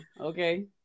Okay